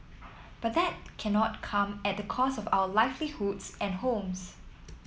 but that cannot come at the cost of our livelihoods and homes